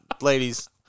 Ladies